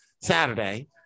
Saturday